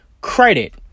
credit